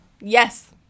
yes